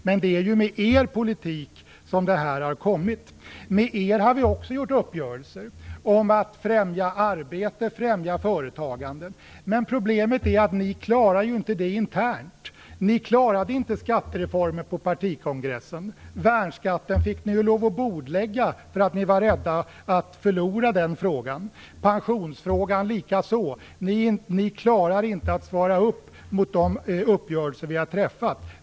Men det är ju mer er politik som detta har varit möjligt. Med er har vi också träffat uppgörelser om att främja arbete och företagande. Men problemet är att ni inte klarar det internt. Ni klarade inte skattereformen på partikongressen. Ni fick lov att bordlägga frågan om värnskatten för att ni var rädda att förlora - pensionsfrågan likaså. Ni klarar inte att svara upp till de uppgörelser som vi har träffat.